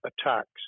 attacks